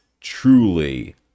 truly